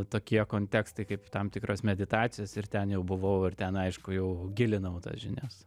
tokie kontekstai kaip tam tikros meditacijos ir ten jau buvau ir ten aišku jau gilinau tas žinias